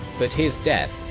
but his death,